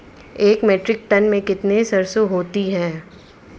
एक metric ton में कितनी सरसों होती है?